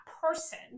person